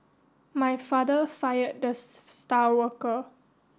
my father fired the star worker